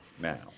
now